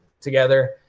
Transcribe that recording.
together